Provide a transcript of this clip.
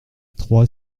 trois